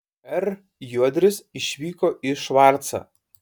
r juodris išvyko į švarcą